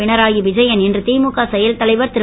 பினரயி விஜயன் இன்று திமுக செயல் தலைவர் திரு